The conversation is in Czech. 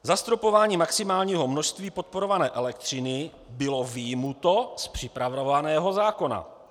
Zastropování maximálního množství podporované elektřiny bylo vyjmuto z připravovaného zákona.